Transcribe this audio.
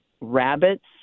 rabbits